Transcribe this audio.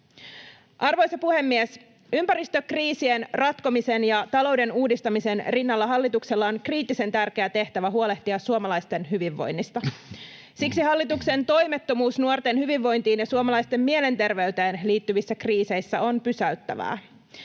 Arvoisa puhemies! Ympäristökriisien ratkomisen ja talouden uudistamisen rinnalla hallituksella on kriittisen tärkeä tehtävä huolehtia suomalaisten hyvinvoinnista. Siksi hallituksen toimettomuus nuorten hyvinvointiin ja suomalaisten mielenterveyteen liittyvissä kriiseissä on pysäyttävää.